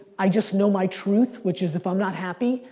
i just know my truth which is if i'm not happy,